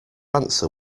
answer